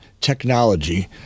technology